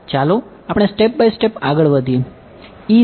ચાલો આપણે step by step આગળ વધીએ